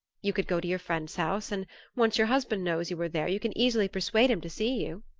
you could go to your friend's house, and once your husband knows you are there you can easily persuade him to see you.